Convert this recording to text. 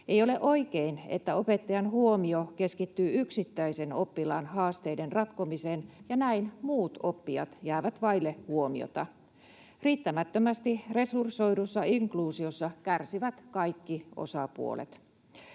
Ei ole oikein, että opettajan huomio keskittyy yksittäisen oppilaan haasteiden ratkomiseen. Näin muut oppijat jäävät vaille huomiota. Riittämättömästi resursoidussa inkluusiossa kärsivät kaikki osapuolet.